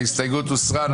ההסתייגות הוסרה.